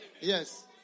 Yes